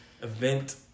event